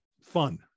fun